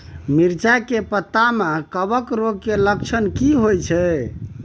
मिर्चाय के पत्ता में कवक रोग के लक्षण की होयत छै?